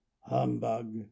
humbug